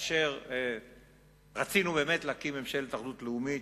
כאשר רצינו באמת להקים ממשלת אחדות לאומית,